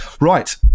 Right